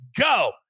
go